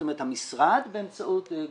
זאת אומרת המשרד באמצעות גוף.